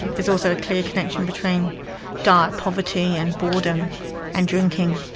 there's also a clear connection between dire poverty and boredom and drinking.